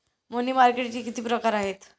मनी मार्केटचे किती प्रकार आहेत?